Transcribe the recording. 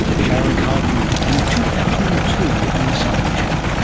sharon carleton in two thousand and two on the science show.